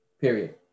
Period